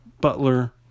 Butler